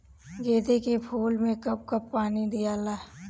गेंदे के फूल मे कब कब पानी दियाला?